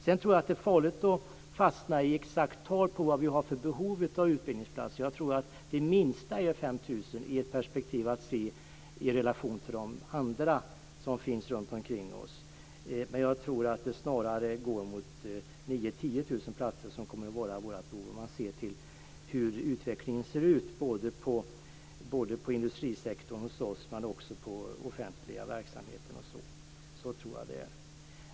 Sedan tror jag att det är farligt att fastna i exakta tal på vad vi har för behov av utbildningsplatser. Jag tror att det minsta är 5 000 sett i relation till de andra som finns runt omkring oss. Men jag tror att det snarare går mot 9 000-10 0000 platser om vi ser till hur utvecklingen ser ut både på industrisektorn och i den offentliga verksamheten.